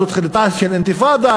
זו תחילתה של אינתיפאדה?